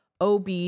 ob